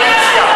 קואליציה.